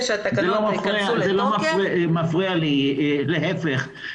זה לא מפריע לי, להיפך.